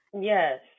Yes